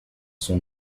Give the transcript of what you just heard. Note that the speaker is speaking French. sont